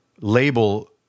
label